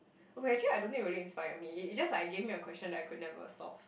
oh wait actually I don't think it really inspire me it just like gave me a question that I could never solve